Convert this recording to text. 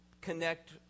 connect